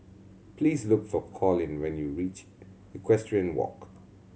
please look for Colin when you reach Equestrian Walk